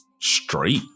straight